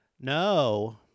no